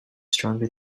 stronger